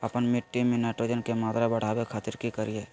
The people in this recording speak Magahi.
आपन मिट्टी में नाइट्रोजन के मात्रा बढ़ावे खातिर की करिय?